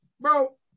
bro